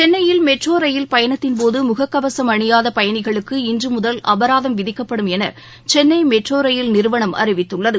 சென்னையில் மெட்ரோரயில் பயணத்தின்போது முகக்கவசம் அணியாதபயணிகளுக்கு இன்றுமுதல் அபராதம் விதிக்கப்படும் எனசௌனைமெட்ரோரயில் நிறுவனம் அறிவித்துள்ளது